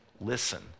listen